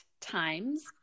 times